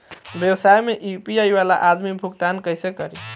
व्यवसाय में यू.पी.आई वाला आदमी भुगतान कइसे करीं?